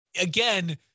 again